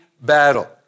battle